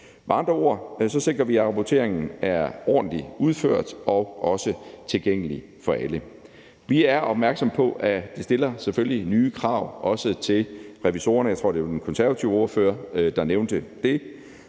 Med andre ord sikrer vi, at rapporteringen er ordentligt udført og også tilgængelig for alle. Vi er opmærksomme på, at det selvfølgelig stiller nye krav, også til revisorerne. Jeg tror, det var den konservative ordfører, der nævnte det.